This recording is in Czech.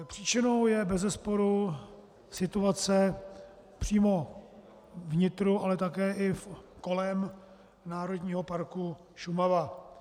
Příčinou je bezesporu situace přímo v nitru, ale také kolem Národního parku Šumava.